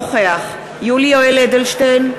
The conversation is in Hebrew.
אינו נוכח יולי יואל אדלשטיין,